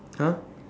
!huh!